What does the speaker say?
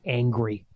angry